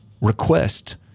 request